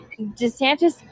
DeSantis